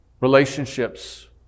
relationships